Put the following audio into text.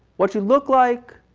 what you look like,